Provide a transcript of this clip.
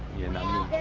you know